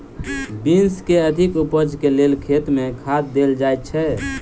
Beans केँ अधिक उपज केँ लेल खेत मे केँ खाद देल जाए छैय?